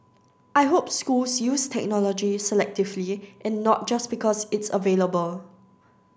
I hope schools use technology selectively and not just because it's available